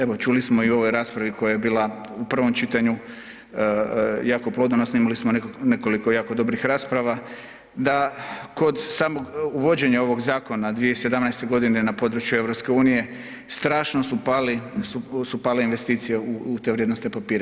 Evo, čuli smo i u ovoj raspravi koja je bila u prvom čitanju, jako plodonosna, imali smo nekoliko jako dobrih rasprava, da kod samog uvođenja ovog zakona 2017.g. na području EU strašno su pali, su pale investicije u, u te vrijednosne papire.